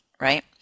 right